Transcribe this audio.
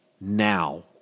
now